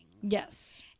yes